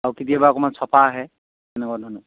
আৰু কেতিয়াবা অকণমান চফা আহে তেনেকুৱা ধৰণৰ